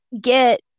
get